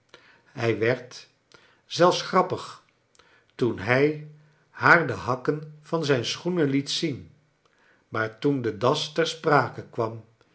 hij werd zelfs grappig toen hij haar de hakken van zijn schoenen liet zien maar toen de das ter sprake kwam